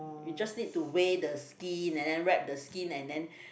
you just need to weigh the skin and then wrap the skin and then